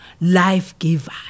life-giver